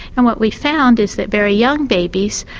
and what we found is that very young babies,